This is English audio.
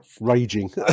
Raging